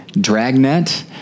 dragnet